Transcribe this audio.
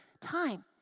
time